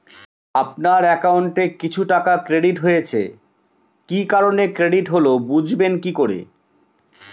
আপনার অ্যাকাউন্ট এ কিছু টাকা ক্রেডিট হয়েছে কি কারণে ক্রেডিট হল বুঝবেন কিভাবে?